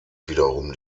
wiederum